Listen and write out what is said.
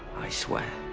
i swear.